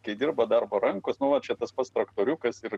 kai dirba darbo rankos nu vat čia tas pats traktoriukas ir